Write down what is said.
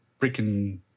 freaking